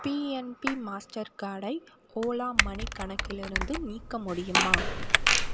PNB master கார்டை Ola money கணக்கிலிருந்து நீக்க முடியுமா